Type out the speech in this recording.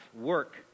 work